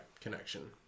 connection